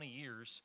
years